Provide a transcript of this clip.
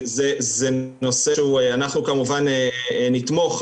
אנחנו כמובן נתמוך,